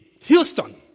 Houston